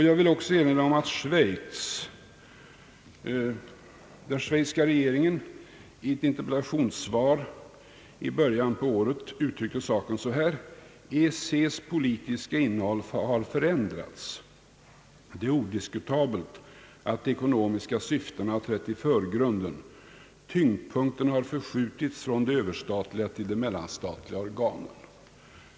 Jag vill också erinra om att den schweiziska regeringen i ett interpellationssvar i början på året uttryckte saken så här: EEC:s politiska innehåll har förändrats. Det är odiskutabelt att de ekonomiska syftena har trätt i förgrunden. Tyngdpunkten har förskjutits från de överstatliga till de mellanstatliga organen.